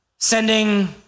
Sending